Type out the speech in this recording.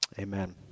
Amen